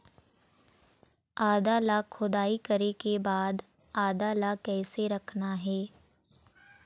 आदा ला खोदाई करे के बाद आदा ला कैसे रखना हे?